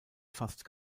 fast